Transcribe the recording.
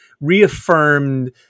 reaffirmed